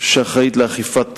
שאחראית לאכוף את